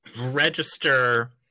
register